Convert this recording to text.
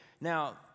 Now